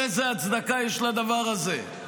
איזו הצדקה יש לדבר הזה?